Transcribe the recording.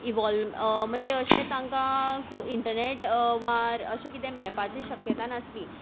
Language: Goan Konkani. इवोल्व म्हणजे अशें तांकां खूब इंटरनेट वार अशें कितें मेळपाची शक्यता नासली